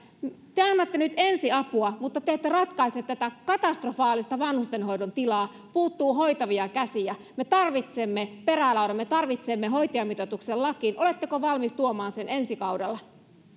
te annatte nyt ensiapua mutta te ette ratkaise tätä katastrofaalista vanhustenhoidon tilaa puuttuu hoitavia käsiä me tarvitsemme perälaudan me tarvitsemme hoitajamitoituksen lakiin oletteko valmis tuomaan sen ensi kaudella